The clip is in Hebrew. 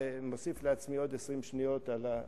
ומוסיף לעצמי עוד 20 שניות על,